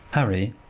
harry,